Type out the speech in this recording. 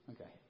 okay